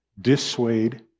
dissuade